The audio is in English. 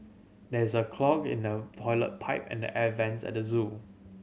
there is a clog in the toilet pipe and the air vents at the zoo